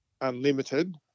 unlimited